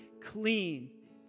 clean